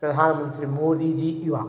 प्रधानमन्त्रि मोदि जि इव